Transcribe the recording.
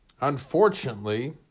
Unfortunately